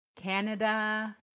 Canada